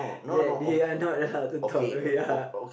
that they are not allowed to talk okay ya